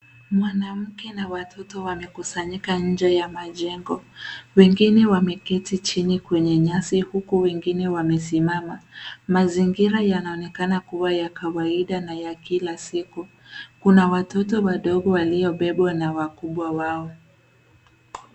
Mwanamke na watoto wamekusanyika nje ya majengo. Wengine wameketi chini kwenye nyasi huku wengine wamesimama. Mazingira yanaonekana kuwa ya kawaida na ya kila siku. Kuna watoto wadogo waliobebwa na wakubwa wao.